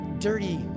Dirty